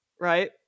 Right